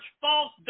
false